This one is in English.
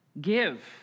Give